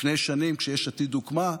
לפני שנים, כשיש עתיד הוקמה,